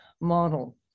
model